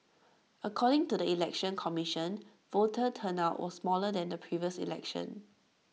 according to the election commission voter turnout was smaller than the previous election